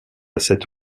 cette